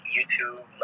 YouTube